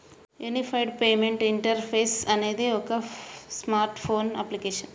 unified payment interface అనేది ఒక smartphone application